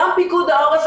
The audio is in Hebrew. גם פיקוד העורף,